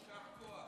יישר כוח.